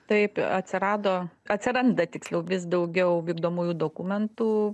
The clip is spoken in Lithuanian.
taip atsirado atsiranda tiksliau vis daugiau vykdomųjų dokumentų